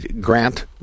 Grant